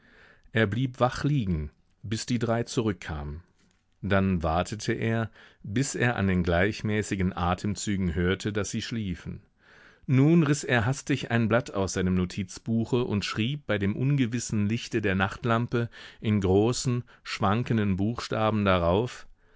er blieb wach liegen bis die drei zurückkamen dann wartete er bis er an den gleichmäßigen atemzügen hörte daß sie schliefen nun riß er hastig ein blatt aus seinem notizbuche und schrieb bei dem ungewissen lichte der nachtlampe in großen schwankenden buchstaben darauf